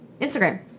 Instagram